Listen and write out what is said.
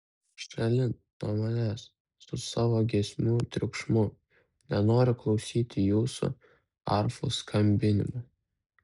šalin nuo manęs su savo giesmių triukšmu nenoriu klausyti jūsų arfų skambinimo